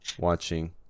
watching